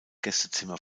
gästezimmer